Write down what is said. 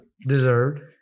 Deserved